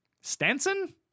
Stanson